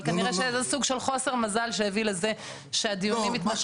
אבל זה כנראה סוג של חוסר מזל שהביא לזה שהדיונים התמשכו בהקשר הזה.